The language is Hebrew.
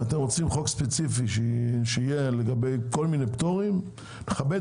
אתם רוצים חוק ספציפי שיהיה לגבי כל מיני פטורים מכבד